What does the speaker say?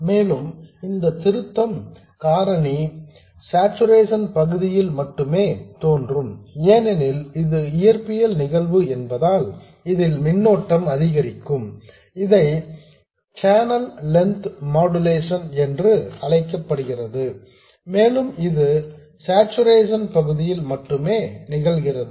மேலும் இந்த திருத்தம் காரணி சார்சுரேஷன் பகுதியில் மட்டுமே தோன்றும் ஏனெனில் இது இயற்பியல் நிகழ்வு என்பதால் இதில் மின்னோட்டம் அதிகரிக்கும் இதை சேனல் லென்த் மாடுலேஷன் என்று அழைக்கப்படுகிறது மேலும் அது சார்சுரேஷன் பகுதியில் மட்டுமே நிகழ்கிறது